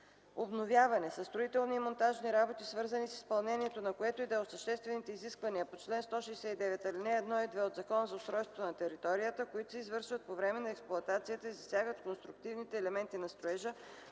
„Обновяване” са строителни и монтажни работи, свързани с изпълнението на което и да е от съществените изисквания по чл. 169, ал. 1 и 2 от Закона за устройство на територията, които се извършват по време на експлоатацията и засягат конструктивните елементи на строежа,